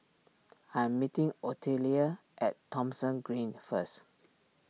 I am meeting Ottilia at Thomson Green first